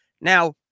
Now